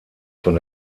von